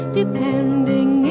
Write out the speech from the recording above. depending